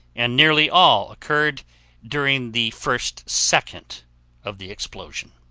and nearly all occurred during the first second of the explosion.